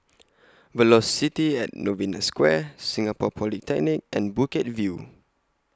Velocity At Novena Square Singapore Polytechnic and Bukit View